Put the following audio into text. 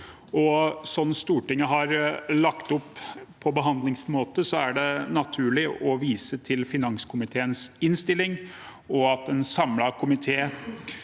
Slik Stortinget har lagt opp behandlingsmåten, er det naturlig å vise til finanskomiteens innstilling og at en samlet komité